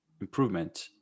improvement